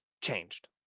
changed